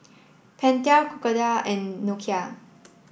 Pentel Crocodile and Nokia